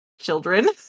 children